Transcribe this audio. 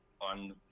on